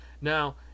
now